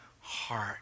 heart